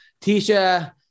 Tisha